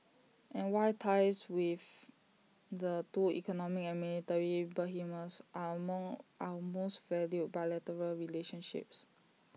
and why ties with the two economic and military behemoths are among our most valued bilateral relationships